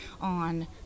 on